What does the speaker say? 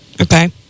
okay